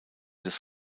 des